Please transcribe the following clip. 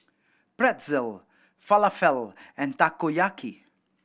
Pretzel Falafel and Takoyaki